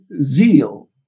zeal